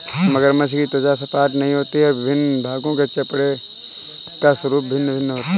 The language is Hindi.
मगरमच्छ की त्वचा सपाट नहीं होती और विभिन्न भागों के चमड़े का स्वरूप भिन्न भिन्न होता है